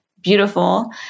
beautiful